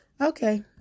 Okay